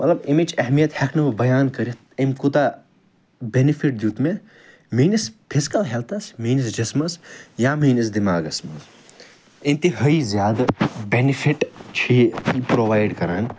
مَطلَب أمچ اہمیت ہیٚکہ نہٕ بہٕ بیان کٔرِتھ أمۍ کوٗتاہ بیٚنِفِٹ دیٛوت مےٚ میٛٲنِس فِزکٕل ہیٚلتھَس میٛٲنِس جسمَس یا میٛٲنِس دیٚماغَس مَنٛز انتِہٲیی زیادٕ بیٚنِفِٹ چھُ یہِ پرٛووَایڈ کران